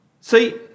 See